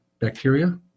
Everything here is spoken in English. bacteria